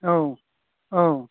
औ औ